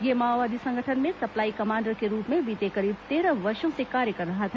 यह माओवादी संगठन में सप्लाई कमांडर के रूप में बीते करीब तेरह वर्षो से कार्य कर रहा था